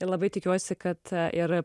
ir labai tikiuosi kad ir